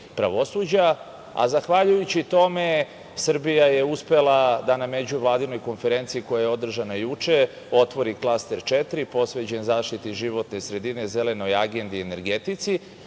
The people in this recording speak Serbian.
pravosuđa. Zahvaljujući tome Srbija je uspela da na međuvladinoj konferenciji koja je održana juče, otvori klaster 4, posvećen zaštiti životne sredine, zelenoj agendi energetici,